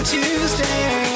Tuesday